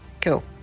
Cool